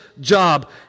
job